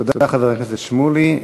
תודה, חבר הכנסת שמולי.